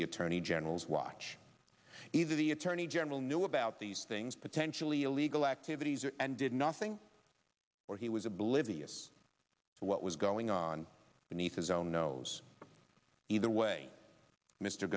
the attorney general's watch either the attorney general knew about these things potentially illegal act that he's are and did nothing or he was oblivious to what was going on beneath his own nose either way mr